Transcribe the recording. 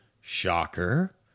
Shocker